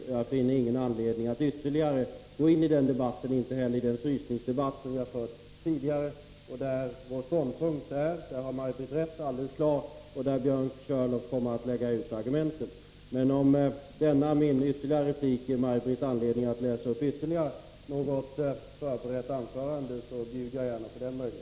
Jag finner ingen anledning att ytterligare gå in i den debatten och inte heller i den frysningsdebatt som vi fört tidigare och där vår ståndpunkt är alldeles klar — i det har Maj Britt Theorin rätt. Björn Körlof kommer där att lägga ut argumenten. Om denna min ytterligare replik ger Maj Britt Theorin anledning att läsa upp ännu ett förberett anförande, bjuder jag henne på det.